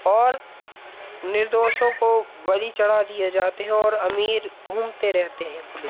और निर्दोश बलि चढ़ा दिए जाते हैं और अमीर घूमते रहते हैं